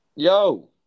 Yo